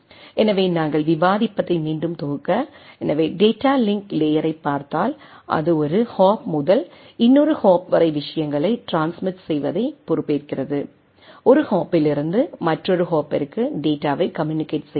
எனவே நாங்கள் விவாதிப்பதை மீண்டும் தொகுக்க எனவே டேட்டா லிங்க் லேயரைப் பார்த்தால் அது ஒரு ஹாப் முதல் இன்னொரு ஹாப் வரை விஷயங்களை ட்ரான்ஸ்மிசன் செய்வதை பொறுப்பு ஏற்கிறது ஒரு ஹாப்பில் இருந்து மற்றொரு ஹோப்பிற்கு டேட்டாவை கம்யூனிகேட் செய்கிறது